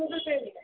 Google Pay ചെയ്ത്